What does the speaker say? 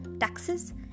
taxes